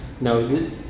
No